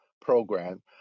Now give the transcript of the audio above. program